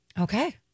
Okay